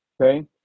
Okay